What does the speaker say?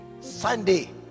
Sunday